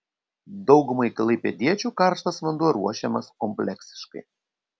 daugumai klaipėdiečių karštas vanduo ruošiamas kompleksiškai